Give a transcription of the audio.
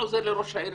מי עוזר לראש העיר